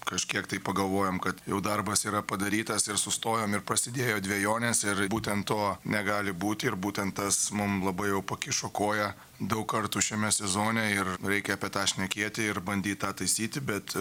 kažkiek tai pagalvojom kad jau darbas yra padarytas ir sustojom ir prasidėjo dvejonės ir būtent to negali būti ir būtent tas mum labai jau pakišo koją daug kartų šiame sezone ir reikia apie tą šnekėti ir bandyt tą taisyti bet